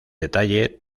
detalle